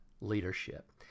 leadership